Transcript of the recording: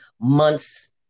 months